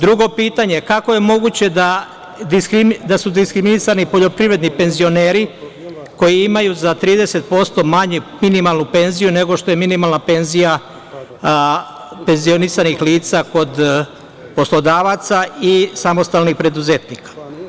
Drugo pitanje, kako je moguće da su diskriminisani poljoprivredni penzioneri koji imaju za 30% manju minimalnu penziju nego što je minimalna penzija penzionisanih lica kod poslodavaca i samostalnih preduzetnika?